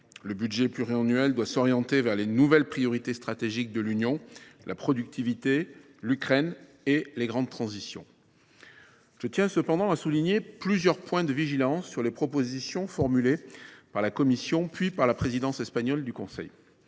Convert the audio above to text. Le budget pluriannuel doit s’orienter vers les nouvelles priorités stratégiques de l’Union européenne : la productivité, l’Ukraine et les grandes transitions. Je tiens cependant à souligner plusieurs points de vigilance sur les propositions formulées par la Commission européenne, puis par la présidence espagnole du Conseil